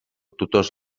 tutors